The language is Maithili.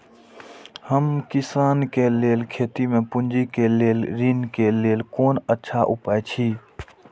हम किसानके लेल खेती में पुंजी के लेल ऋण के लेल कोन अच्छा उपाय अछि?